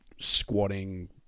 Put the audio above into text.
squatting